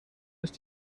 ist